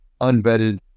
unvetted